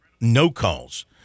no-calls